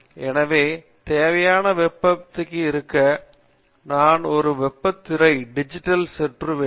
எனக்கு தேவையான வெப்ப விழிப்புணர்வு இருக்க வேண்டும் நான் ஒரு வெப்ப விழித்திரை டிஜிட்டல் சுற்று வேண்டும்